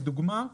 לדוגמה,